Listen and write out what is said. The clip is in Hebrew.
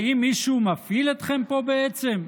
האם מישהו מפעיל אתכם פה בעצם?"